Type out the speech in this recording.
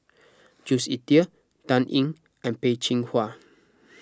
Jules Itier Dan Ying and Peh Chin Hua